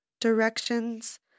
directions